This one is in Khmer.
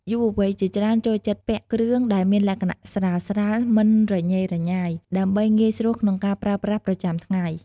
យុវវ័យជាច្រើនចូលចិត្តពាក់គ្រឿងដែលមានលក្ខណៈស្រាលៗ មិនរញ៉េរញ៉ៃ ដើម្បីងាយស្រួលក្នុងការប្រើប្រាស់ប្រចាំថ្ងៃ។